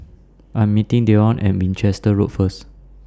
I Am meeting Dione At Winchester Road First